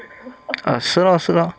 ah 是 lor 是 lor